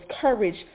courage